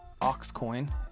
Oxcoin